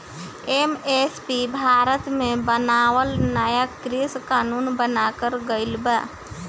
MSP Bharat मे बनावल नाया कृषि कानून बनाकर गइल बा